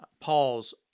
Paul's